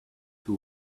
who